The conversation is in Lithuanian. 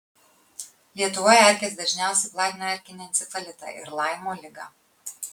lietuvoje erkės dažniausiai platina erkinį encefalitą ir laimo ligą